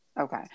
Okay